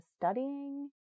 studying